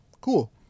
Cool